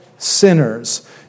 Sinners